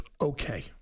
Okay